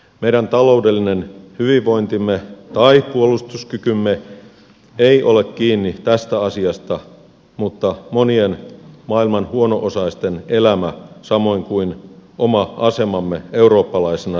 meidän taloudellinen hyvinvointimme tai puolustuskykymme ei ole kiinni tästä asiasta mutta monien maailman huono osaisten elämä samoin kuin oma asemamme eurooppalaisena sivistysvaltiona on